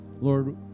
Lord